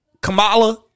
Kamala